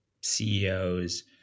CEOs